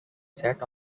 sat